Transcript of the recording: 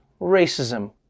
racism